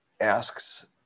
asks